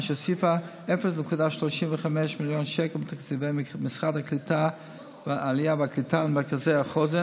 אשר הוסיפה 0.35 מיליון שקל מתקציב משרד העלייה והקליטה למרכזי החוסן.